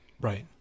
Right